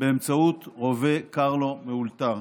באמצעות רובה קרלו מאולתר.